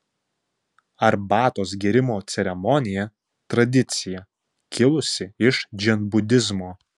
arbatos gėrimo ceremonija tradicija kilusi iš dzenbudizmo